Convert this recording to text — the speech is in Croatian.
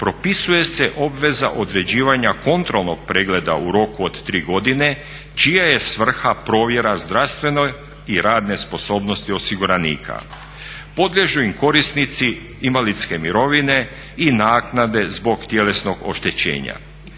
propisuje se obveza određivanja kontrolnog pregleda u roku od 3 godine čija je svrha provjera zdravstvene i radne sposobnosti osiguranika. Podliježu im korisnici invalidske mirovine i naknade zbog tjelesnog oštećenja.